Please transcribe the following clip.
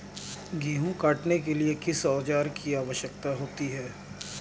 गेहूँ काटने के लिए किस औजार की आवश्यकता होती है?